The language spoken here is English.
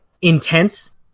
intense